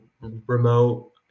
remote